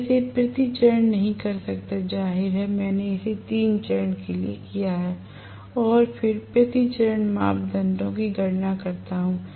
मैं इसे प्रति चरण नहीं कर सकता जाहिर है मैंने इसे 3 चरणों के लिए किया है और फिर प्रति चरण मापदंडों की गणना करता हूं